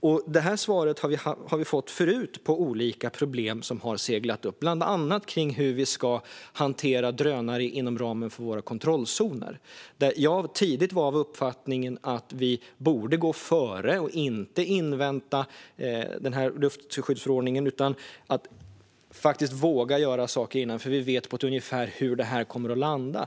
Vi har fått detta svar förut när det gäller olika problem som har seglat upp, bland annat kring hur vi ska hantera drönare inom ramen för våra kontrollzoner. Jag var tidigt av den uppfattningen att vi borde gå före och inte invänta luftskyddsförordningen utan faktiskt våga göra saker innan, för vi vet på ett ungefär hur detta kommer att landa.